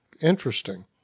Interesting